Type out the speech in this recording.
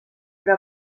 però